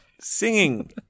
singing